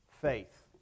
faith